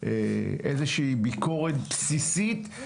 קודם כל,